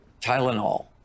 Tylenol